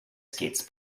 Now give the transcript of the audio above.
skates